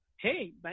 hey